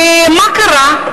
ומה קרה?